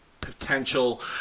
potential